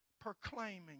proclaiming